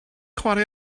chwarae